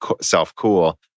self-cool